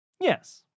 Yes